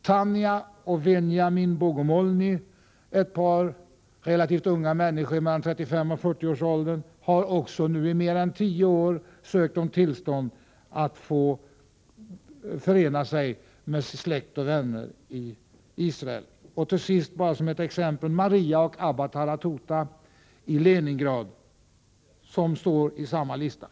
Tanya och Veniamin Bogomolny, ett par relativt unga människor mellan 35 och 40 år, har i mer än tio år sökt tillstånd att förena sig med släkt och vänner i Israel. Till sist vill jag ge ytterligare ett exempel, Maria och Aba Taratuta i Leningrad, från samma lista.